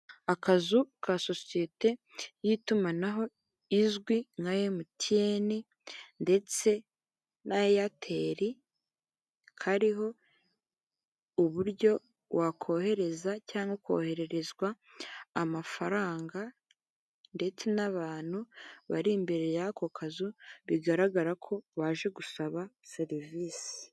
Akazu ka sosiyete y'itumanaho izwi nka emutiyeni ndetse na eyateri kariho uburyo wakohereza cyangwa kohererezwa amafaranga ndetse n'abantu bari imbere y'ako kazu bigaragara ko baje gusaba serivisi.